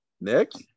Next